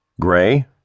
Gray